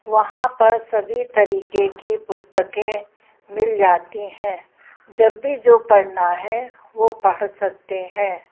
वहाँ पर सभी तरीक़े की पुस्तकें मिल जाती है जब भी जो पढ़ना है वो पढ़ सकते हैं